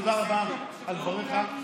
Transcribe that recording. תודה רבה על דבריך,